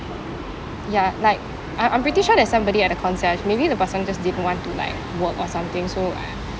ya like I I'm pretty sure that somebody at the concierge maybe the person just didn't want to like work or something so I